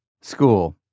School